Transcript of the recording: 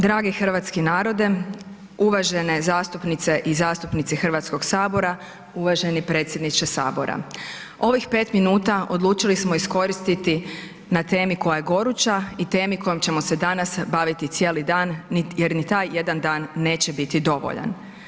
Dragi hrvatski narode, uvažene zastupnice i zastupnici Hrvatskog sabora, uvaženi predsjedniče sabora, ovih 5 minuta odlučili smo iskoristiti na temi koja je goruća i temi kojom ćemo se danas baviti cijeli dan jer ni taj 1 dan neće biti dovoljan.